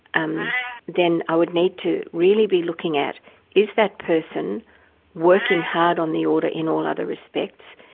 um then i would need to really be looking at is that person working hard on the order in all other respects?